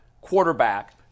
quarterback